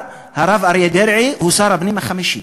הרב אריה דרעי הוא כבר שר הפנים החמישי.